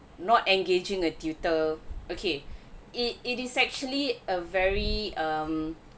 not engaging a tutor okay it it is actually a very um